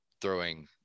throwing